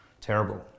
Terrible